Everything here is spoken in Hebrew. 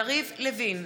אינה נוכחת יריב לוין,